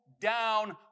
down